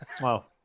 Wow